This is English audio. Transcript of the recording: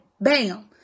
bam